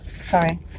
Sorry